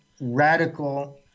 radical